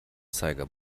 zeiger